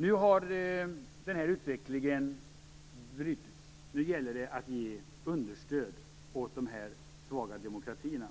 Nu har denna utveckling brutits. Nu gäller det att ge understöd åt dessa svaga demokratier.